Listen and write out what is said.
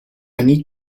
need